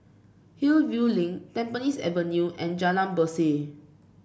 Hillview Link Tampines Avenue and Jalan Berseh